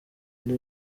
kuri